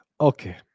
Okay